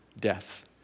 death